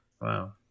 Wow